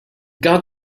got